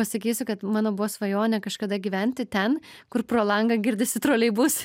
pasakysiu kad mano buvo svajonė kažkada gyventi ten kur pro langą girdisi troleibusai